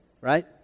right